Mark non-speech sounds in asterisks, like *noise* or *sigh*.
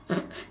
*laughs*